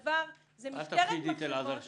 אל תפחידי את אלעזר שטרן.